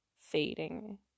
fading